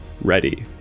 ready